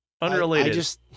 Unrelated